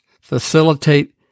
facilitate